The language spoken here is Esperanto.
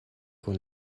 kun